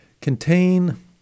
contain